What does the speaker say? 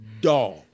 dog